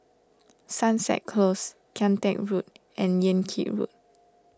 Sunset Close Kian Teck Road and Yan Kit Road